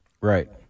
Right